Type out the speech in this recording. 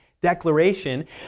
declaration